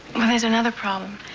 well, there's another problem.